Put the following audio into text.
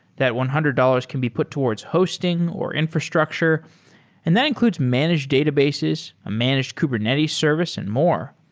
that one hundred dollars can be put towards hosting, or infrastructure and that includes managed databases, a managed kubernetes service and more.